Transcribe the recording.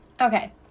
okay